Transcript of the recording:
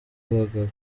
abagabo